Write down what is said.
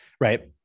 Right